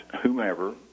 whomever